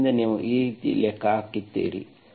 ಆದ್ದರಿಂದ ನೀವು ಈ ರೀತಿ ಲೆಕ್ಕ ಹಾಕುತ್ತೀರಿ